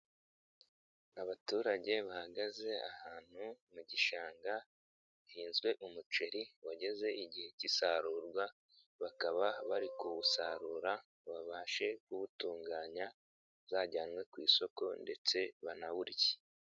Abaturage bahagaze ahantu mu gishanga hizwe umuceri wageze igihe cy'isarurwa, bakaba bari kuwusarura babashe kuwutunganya, uzajyanwe ku isoko ndetse banawurye.